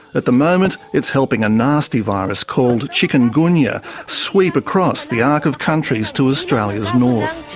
at the moment it's helping a nasty virus called chikungunya sweep across the arc of countries to australia's north.